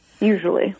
usually